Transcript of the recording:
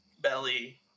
belly